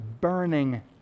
burning